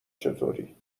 چطوری